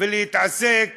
ולהתעסק